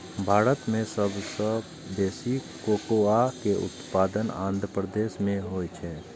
भारत मे सबसं बेसी कोकोआ के उत्पादन आंध्र प्रदेश मे होइ छै